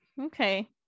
okay